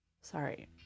Sorry